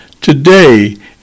Today